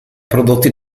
prodotti